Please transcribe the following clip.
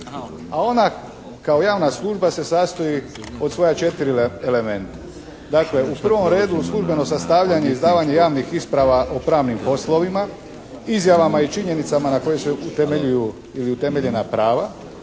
a ona kao javna služba se sastoji od svoja četiri elementa. Dakle, u prvom redu službeno sastavljanje i izdavanje javnih isprava o pravnim poslovima, izjavama i činjenicama na kojoj se utemeljuju ili utemeljena prava.